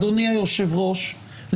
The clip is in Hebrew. אדוני היושב-ראש,